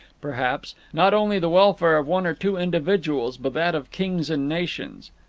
perhaps, not only the welfare of one or two individuals but that of kings and nations.